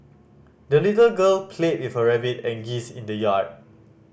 the little girl played with her rabbit and geese in the yard